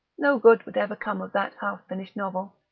no good would ever come of that half-finished novel.